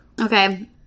Okay